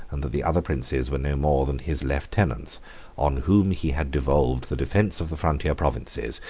and that the other princes were no more than his lieutenants, on whom he had devolved the defence of the frontier provinces,